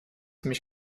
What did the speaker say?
mich